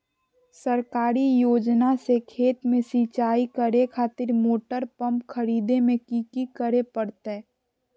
सरकारी योजना से खेत में सिंचाई करे खातिर मोटर पंप खरीदे में की करे परतय?